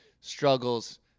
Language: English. struggles